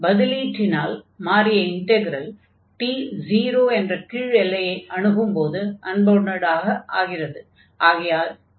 பதிலீட்டினால் மாறிய integral t 0 என்ற கீழ் எல்லையை அணுகும்போது அன்பவுண்டடாக ஆகிறது